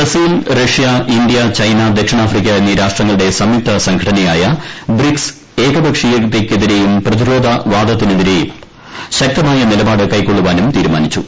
Brazil Russia India China ദക്ഷിണാഫ്രിക്ക എന്നീ രാഷ്ട്രങ്ങളുടെ സംയുക്തസംഘടനയായ ബ്രിക്സ് ആക്ര്യക്ഷീയതയ്ക്കെതിരേയും പ്രതിരോധവാദത്തിനെതിരെയും ശക്തമായ നിലപാട് കൈക്കൊള്ളുവാനും തീരുമാനിച്ചു